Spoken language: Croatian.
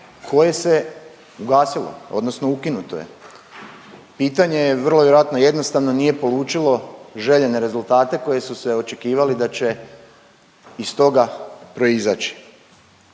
koje se ugasilo odnosno ukinuto je. Pitanje je vrlo vjerojatno jednostavno, nije polučilo željene rezultate koji su se očekivali da će iz toga proizaći.